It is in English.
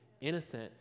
innocent